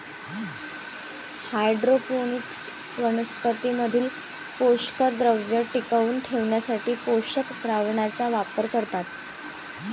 hydroponics वनस्पतीं मधील पोषकद्रव्ये टिकवून ठेवण्यासाठी पोषक द्रावणाचा वापर करतात